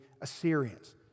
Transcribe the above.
Assyrians